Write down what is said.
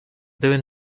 doing